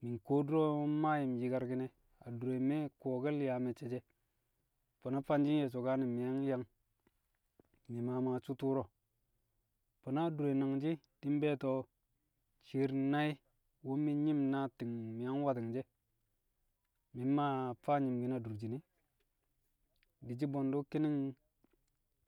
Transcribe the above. Mi̱ nkuwo du̱ro̱ mmaa yi̱m yi̱karki̱n ẹ, adure me̱ kuwokel yaa me̱cce̱ she̱, fo̱no̱ fanshi̱ nye̱ so̱kane̱ mi̱ yang yang, mi̱ maa maa su̱u̱ tu̱u̱ro̱. Fo̱no̱ adure nangshi̱, di̱ mbe̱e̱to̱ shi̱i̱r nai̱ wu̱ mi̱ nyi̱m na ti̱ng yaa mi̱ yang wati̱ngshi̱ e̱, mi̱ mmaa faa nyi̱mki̱n adurshin e. Di̱shi̱ bwe̱ndu̱ ki̱ni̱ng